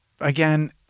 again